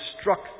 struck